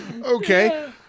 Okay